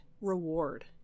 reward